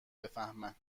بفهمن